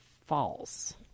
False